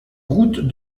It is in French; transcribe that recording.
route